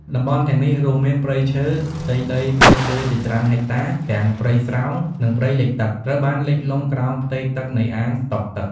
តំបន់ទាំងនេះរួមមាន ព្រៃឈើ ផ្ទៃដីព្រៃឈើជាច្រើនហិកតា ទាំងព្រៃស្រោង និងព្រៃលិចទឹក ត្រូវបានលិចលង់ក្រោមផ្ទៃទឹកនៃអាងស្តុកទឹក។